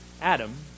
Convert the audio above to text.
Adam